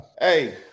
Hey